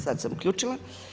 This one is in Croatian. sad sam uključila.